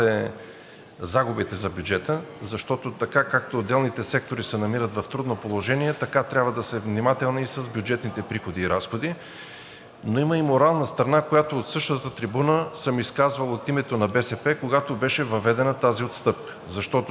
загубите за бюджета, защото така, както отделните сектори се намират в трудно положение, така трябва да сме внимателни и с бюджетните приходи и разходи, но има и морална страна, която от същата трибуна съм изказвал от името на БСП, когато беше въведена тази отстъпка.